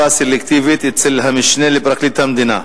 בנושא: מדיניות של אכיפה סלקטיבית אצל המשנה לפרקליט המדינה.